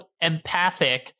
empathic